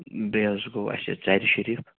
بیٚیہِ حظ گوٚو اَسہِ ژرارِ شریٖف